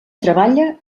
treballa